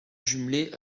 jumelée